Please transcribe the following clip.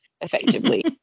effectively